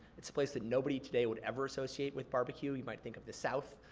it's a place that nobody today would ever associate with barbecue, you might think of the south,